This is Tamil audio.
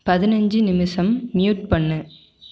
பதினஞ்சு நிமிஷம் மியூட் பண்ணு